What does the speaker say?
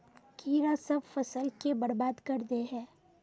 कीड़ा सब फ़सल के बर्बाद कर दे है?